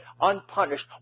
unpunished